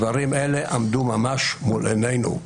דברים אלה עמדו ממש מול עינינו.